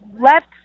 left